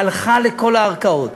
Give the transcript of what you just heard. הלכה לכל הערכאות